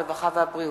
הרווחה והבריאות.